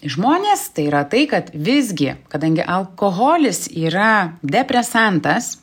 žmonės tai yra tai kad visgi kadangi alkoholis yra depresantas